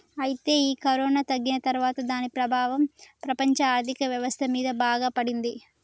అయితే ఈ కరోనా తగ్గిన తర్వాత దాని ప్రభావం ప్రపంచ ఆర్థిక వ్యవస్థ మీద బాగా పడింది